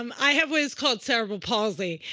um i have what is called cerebral palsy.